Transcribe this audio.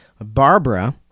Barbara